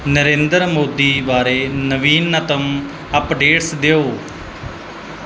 ਨਰਿੰਦਰ ਮੋਦੀ ਬਾਰੇ ਨਵੀਨਤਮ ਅਪਡੇਟਸ ਦਿਓ